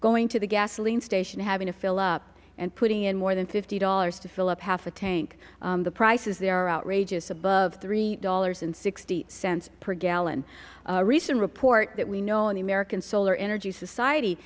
going to the gasoline station and having to fill up and putting in more than fifty dollars to fill up half a tank the prices there are outrageous above three dollars sixty cents per gallon a recent report that we know in the american solar energy society